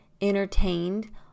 entertained